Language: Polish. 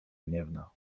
gniewna